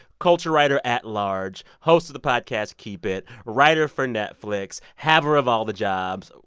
culture writer at large, host of the podcast keep it, writer for netflix, haver of all the jobs.